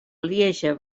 lieja